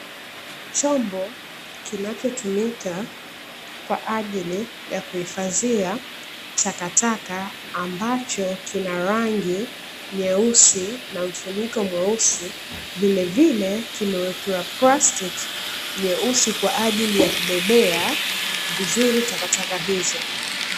Chombo kinachotumika kwa ajili ya kuhifadhia takataka, ambacho kina rangi nyeusi na mfuniko mweusi. Vilevile kimewekewa plastiki nyeusi kwa ajili ya kubebea vizuri takataka hizo.